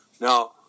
Now